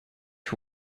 who